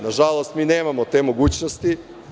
Nažalost, mi nemamo te mogućnosti.